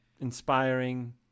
inspiring